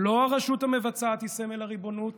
לא הרשות המבצעת היא סמל הריבונות